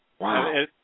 Wow